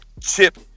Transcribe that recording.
chip